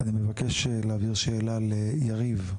אני מבקש להעביר שאלה ליריב.